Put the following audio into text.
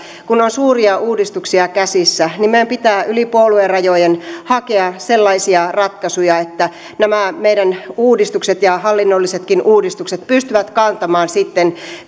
kun on suuria uudistuksia käsissä niin meidän pitää yli puoluerajojen hakea sellaisia ratkaisuja että nämä meidän uudistukset ja hallinnollisetkin uudistukset pystyvät kantamaan sitten